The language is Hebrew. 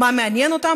מה מעניין אותם,